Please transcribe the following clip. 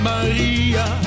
Maria